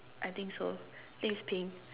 I think so think is pink